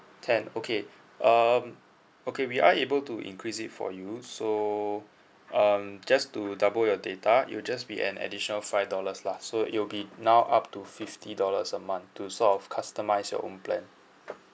ten okay um okay we are able to increase it for you so um just to double your data it'll just be an additional five dollars lah so it will be now up to fifty dollars a month to sort of customise your own plan